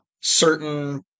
certain